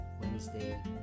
Wednesday